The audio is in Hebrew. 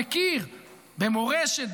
מכיר במורשת,